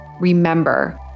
Remember